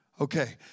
Okay